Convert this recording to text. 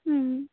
হুম